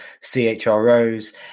CHROs